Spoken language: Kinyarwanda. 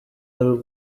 ari